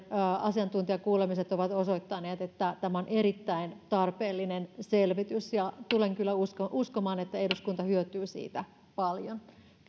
asiantuntijakuulemiset ovat osoittaneet että tämä on erittäin tarpeellinen selvitys ja tulen kyllä uskomaan että eduskunta hyötyy siitä paljon